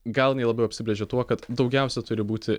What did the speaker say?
gal jinai labiau apsibrėžia tuo kad daugiausia turi būti